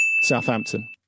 Southampton